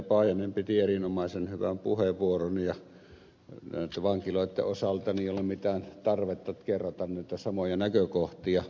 paajanen piti erinomaisen hyvän puheenvuoron ja näitten vankiloitten osalta ei ole mitään tarvetta kerrata näitä samoja näkökohtia